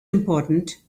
important